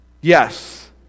Yes